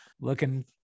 looking